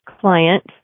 client